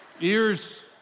ears